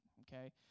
Okay